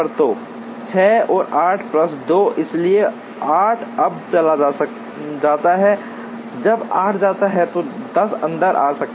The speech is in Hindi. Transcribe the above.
तो 6 और 8 प्लस 2 इसलिए 8 अब चला जाता है जब 8 जाता है 10 अंदर आ सकता है